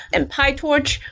and pytorch,